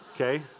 Okay